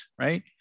right